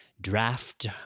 draft